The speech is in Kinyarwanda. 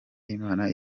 imana